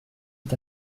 est